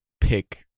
pick